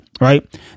right